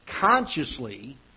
consciously